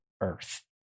earth